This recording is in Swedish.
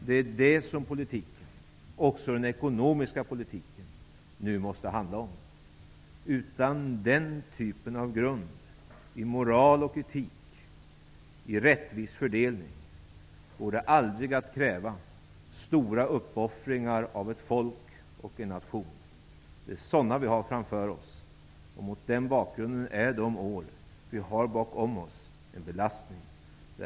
Det är det som politiken, också den ekonomiska, nu måste handla om. Utan den typen av grund i moral och etik och i rättvis fördelning går det aldrig att kräva stora uppoffringar av ett folk och en nation. Det är sådant vi har framför oss. Mot den bakgrunden är de år vi har bakom oss en belastning.